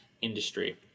industry